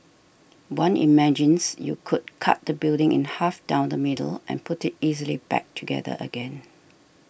one imagines you could cut the building in half down the middle and put it easily back together again